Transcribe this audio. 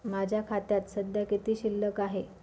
माझ्या खात्यात सध्या किती शिल्लक आहे?